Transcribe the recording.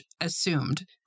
assumed